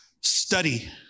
study